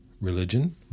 religion